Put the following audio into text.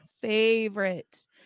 favorite